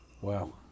Wow